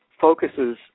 focuses